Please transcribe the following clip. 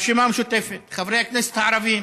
הרשימה המשותפת, חברי הכנסת הערבים: